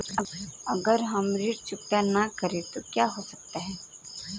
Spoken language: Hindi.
अगर हम ऋण चुकता न करें तो क्या हो सकता है?